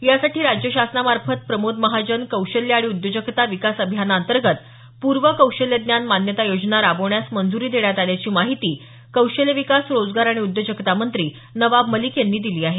यासाठी राज्य शासनामार्फत प्रमोद महाजन कौशल्य आणि उद्योजकता विकास अभियानांतर्गत पूर्व कौशल्यज्ञान मान्यता योजना राबवण्यास मंजूरी देण्यात आल्याची माहिती कौशल्य विकास रोजगार आणि उद्योजकता मंत्री नवाब मलिक यांनी दिली आहे